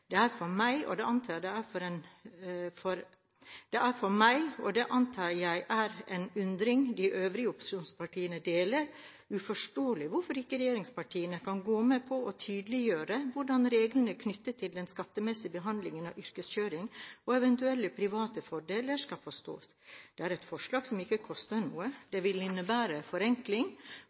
Det er for meg – og det antar jeg er en undring de øvrige opposisjonspartiene deler – uforståelig hvorfor ikke regjeringspartiene kan gå med på å tydeliggjøre hvordan reglene knyttet til den skattemessige behandlingen av yrkeskjøring og eventuelle private fordeler skal forstås. Det er et forslag som ikke koster noe, det vil innebære forenkling